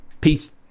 peace